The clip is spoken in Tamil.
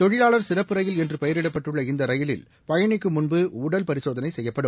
தொழிலாளர் சிறப்பு ரயில் என்று பெயரிடப்பட்டுள்ள இந்த ரயிலில் பயணிக்கும் முன்பு உடல் பரிசோதனை செய்யப்படும்